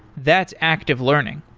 that's active learning.